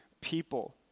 people